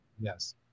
Yes